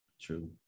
True